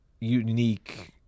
unique